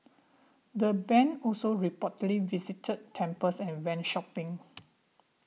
the band also reportedly visited temples and went shopping